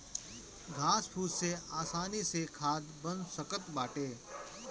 घास फूस से आसानी से खाद बन सकत बाटे